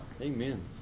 Amen